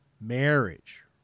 marriage